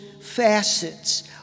facets